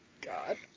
God